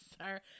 sir